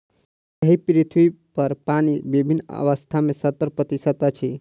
एहि पृथ्वीपर पानि विभिन्न अवस्था मे सत्तर प्रतिशत अछि